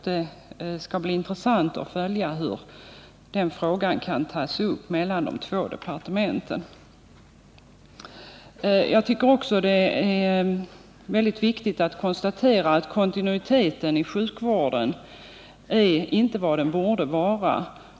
Det skall bli intressant att följa hur den frågan kan tas upp mellan de två departementen. Jag tycker också att det är väldigt viktigt att konstatera att kontinuiteten inom sjukvården inte är vad den borde vara.